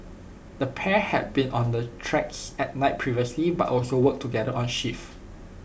the pair had been on the tracks at night previously but also worked together on shifts